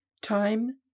Time